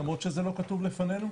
למרות שזה לא כתוב לפנינו?